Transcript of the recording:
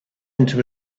into